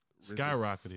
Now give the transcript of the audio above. skyrocketed